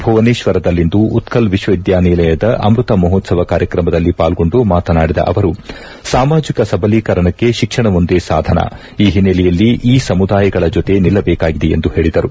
ಭುವನೇತ್ವರದಲ್ಲಿಂದು ಉತ್ತಲ್ ವಿಶ್ವವಿದ್ಲಾನಿಲಯದ ಅಮೃತ ಮಹೋತ್ವವ ಕಾರ್ಯಕ್ರಮದಲ್ಲಿ ಪಾಲ್ಗೊಂಡು ಮಾತನಾಡಿದ ಅವರು ಸಾಮಾಜಕ ಸಬಲೀಕರಣಕ್ಕೆ ಶಿಕ್ಷಣವೊಂದೇ ಸಾಧನ ಈ ಹಿನೈಲೆಯಲ್ಲಿ ಈ ಸಮುದಾಯಗಳ ಜೊತೆ ನಿಲ್ಲಬೇಕಾಗಿದೆ ಎಂದು ಹೇಳಿದರು